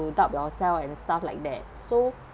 doubt yourself and stuff like that so